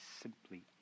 simply